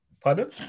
Pardon